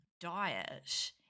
diet